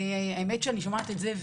האמת היא שאני שומעת את זה,